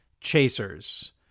Chasers